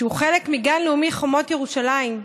שהוא חלק מגן לאומי חומות ירושלים.